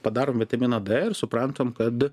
padarom vitamino d ir suprantam kad